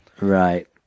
Right